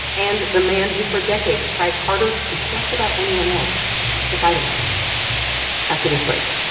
and the man who, for decades, tried harder than just about anyone else to fight him on it after this break